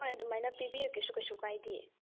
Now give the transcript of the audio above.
ꯍꯣꯏ ꯑꯗꯨꯃꯥꯏꯅ ꯄꯤꯕꯤꯔꯛꯀꯦꯁꯨ ꯀꯩꯁꯨ ꯀꯥꯏꯗꯦ